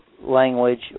language